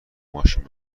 ماشین